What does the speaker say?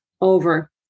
over